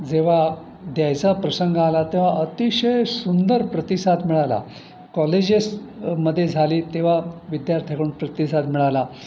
जेव्हा द्यायचा प्रसंग आला तेव्हा अतिशय सुंदर प्रतिसाद मिळाला कॉलेजेसमध्ये झाली तेव्हा विद्यार्थ्याकडून प्रतिसाद मिळाला